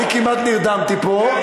אני כמעט נרדמתי פה,